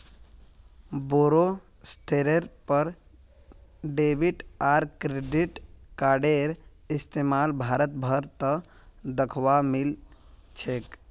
बोरो स्तरेर पर डेबिट आर क्रेडिट कार्डेर इस्तमाल भारत भर त दखवा मिल छेक